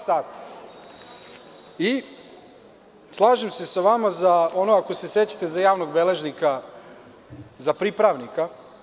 Slažem se sa vama za ono, ako se sećate, za javnog beležnika, za pripravnika.